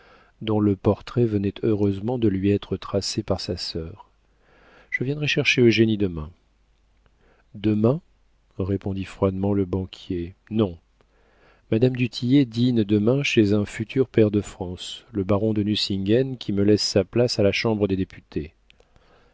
dont le portrait venait heureusement de lui être tracé par sa sœur je viendrai chercher eugénie demain demain répondit froidement le banquier non madame du tillet dîne demain chez un futur pair de france le baron de nucingen qui me laisse sa place à la chambre des députés